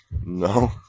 No